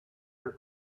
her